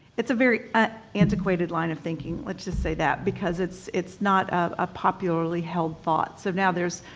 it's a very antiquated line of thinking, let's just say that, because it's it's not a popularly held thought. so now there's,